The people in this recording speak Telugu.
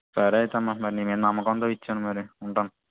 సరే అయితే మమత నీ మీద నమ్మకంతో ఇచ్చాను మరి ఉంటాను